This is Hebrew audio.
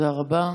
תודה רבה.